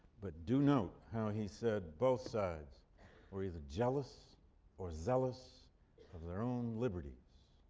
but do note how he said both sides were either jealous or zealous of their own liberties.